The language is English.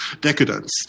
decadence